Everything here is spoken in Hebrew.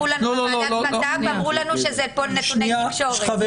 בוועדת בט"פ אמרו לנו שזה חוק נתוני תקשורת.